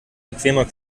bequemer